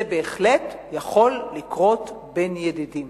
זה בהחלט יכול לקרות בין ידידים.